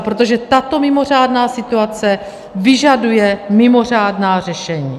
Protože tato mimořádná situace vyžaduje mimořádná řešení.